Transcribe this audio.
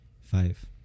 five